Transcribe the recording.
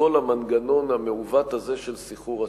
כל המנגנון המעוות הזה של סחרור הצ'קים,